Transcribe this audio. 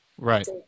Right